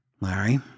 Larry